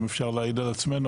אם אפשר להעיד על עצמנו,